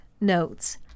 notes